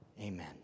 Amen